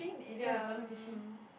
ya mm